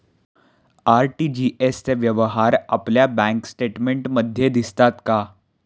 RTGS चे व्यवहार आपल्या बँक स्टेटमेंटमध्ये दिसतात का?